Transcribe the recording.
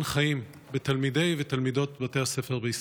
חיים של תלמידי ותלמידות בתי הספר בישראל?